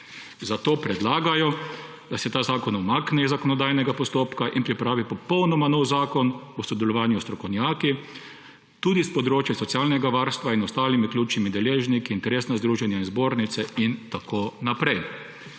Zato predlagajo, da se ta zakon umakne iz zakonodajnega postopka in pripravi popolnoma nov zakon v sodelovanju s strokovnjaki, tudi s področja socialnega varstva, in ostalimi ključnimi deležniki, interesna združenja, zbornice in tako naprej.